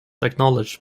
acknowledged